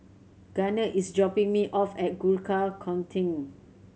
Gunner is dropping me off at Gurkha Contingent